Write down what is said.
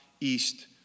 east